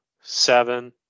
seven